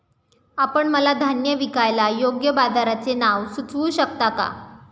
आपण मला धान्य विकायला योग्य बाजाराचे नाव सुचवू शकता का?